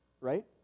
right